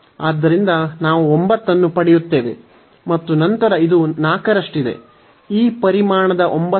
ಆದ್ದರಿಂದ ನಾವು 9 ಅನ್ನು ಪಡೆಯುತ್ತೇವೆ ಮತ್ತು ನಂತರ ಇದು 4 ರಷ್ಟಿದೆ